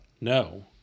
No